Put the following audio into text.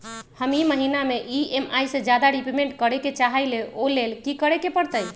हम ई महिना में ई.एम.आई से ज्यादा रीपेमेंट करे के चाहईले ओ लेल की करे के परतई?